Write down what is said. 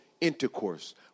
intercourse